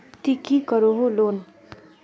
ती की करोहो लोन?